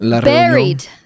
buried